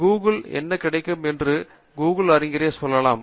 Google என்ன கிடைக்கும் என்று கூகிள் அறிஞராக இருக்கலாம்